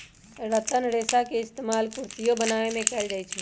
रतन रेशा के इस्तेमाल कुरसियो बनावे में कएल जाई छई